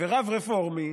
ורב רפורמי